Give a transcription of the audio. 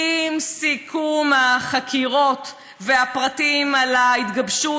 עם סיכום החקירות והפרטים על ההתגבשות